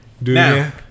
Now